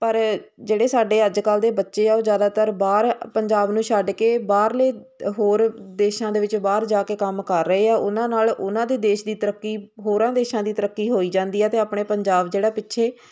ਪਰ ਜਿਹੜੇ ਸਾਡੇ ਅੱਜ ਕੱਲ੍ਹ ਦੇ ਬੱਚੇ ਆ ਉਹ ਜ਼ਿਆਦਾਤਰ ਬਾਹਰ ਪੰਜਾਬ ਨੂੰ ਛੱਡ ਕੇ ਬਾਹਰਲੇ ਹੋਰ ਦੇਸ਼ਾਂ ਦੇ ਵਿੱਚ ਬਾਹਰ ਜਾ ਕੇ ਕੰਮ ਕਰ ਰਹੇ ਆ ਉਹਨਾਂ ਨਾਲ ਉਹਨਾਂ ਦੇ ਦੇਸ਼ ਦੀ ਤਰੱਕੀ ਹੋਰ ਦੇਸ਼ਾਂ ਦੀ ਤਰੱਕੀ ਹੋਈ ਜਾਂਦੀ ਹੈ ਅਤੇ ਆਪਣੇ ਪੰਜਾਬ ਜਿਹੜਾ ਪਿੱਛੇ